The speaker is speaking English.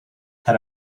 had